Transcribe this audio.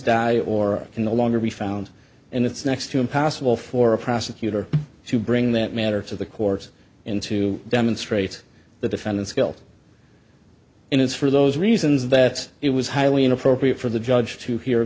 die or in the longer be found and it's next to impossible for a prosecutor to bring that matter to the courts into demonstrates the defendant's guilt and it's for those reasons that it was highly inappropriate for the judge to hear